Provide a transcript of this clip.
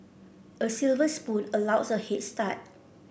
a silver spoon allows a head start